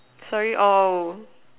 sorry oh